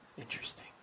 Interesting